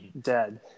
dead